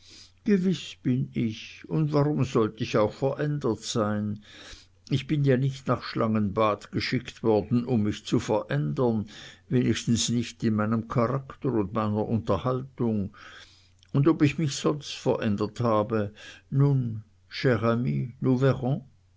gewiß bin ich und warum sollt ich auch verändert sein ich bin ja nicht nach schlangenbad geschickt worden um mich zu verändern wenigstens nicht in meinem charakter und meiner unterhaltung und ob ich mich sonst verändert habe nun